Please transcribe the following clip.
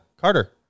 Carter